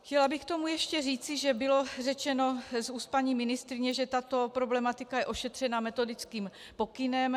Chtěla bych k tomu ještě říci, že bylo řečeno z úst paní ministryně, že tato problematika je ošetřena metodickým pokynem.